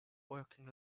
working